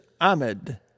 Ahmed